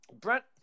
Brent